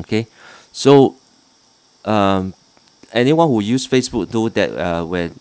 okay so um anyone who use facebook know that uh when